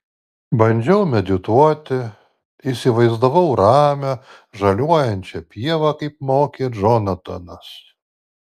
bandžiau medituoti įsivaizdavau ramią žaliuojančią pievą kaip mokė džonatanas